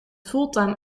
fulltime